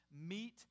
meet